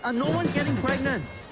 ah no one's getting pregnant.